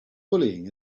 bullying